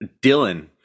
Dylan